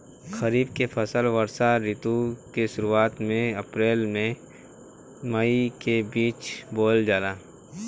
खरीफ के फसल वर्षा ऋतु के शुरुआत में अप्रैल से मई के बीच बोअल जाला